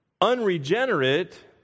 unregenerate